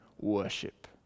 worship